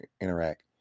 interact